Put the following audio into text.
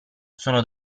sono